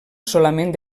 solament